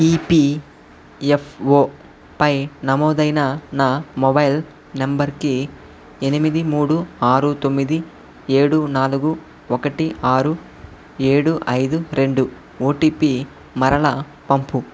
EPFO పై నమోదైన నా మొబైల్ నంబర్కి ఎనిమిది మూడు ఆరు తొమ్మిది ఏడు నాలుగు ఒకటి ఆరు ఏడు ఐదు రెండు ఓటీపీ మరలా పంపు